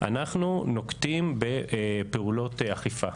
אנחנו נוקטים בפעולות אכיפה.